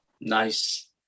Nice